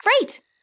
Great